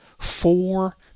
four